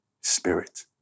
Spirit